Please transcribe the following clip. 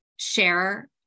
share